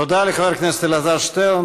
תודה לחבר הכנסת אלעזר שטרן.